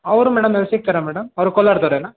ಅವರು ಮೇಡಮ್ ಎಲ್ಲಿ ಸಿಕ್ತಾರೆ ಮೇಡಮ್ ಅವರು ಕೋಲಾರದವ್ರೇನ